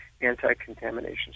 anti-contamination